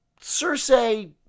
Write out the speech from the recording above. Cersei